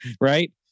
right